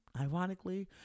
ironically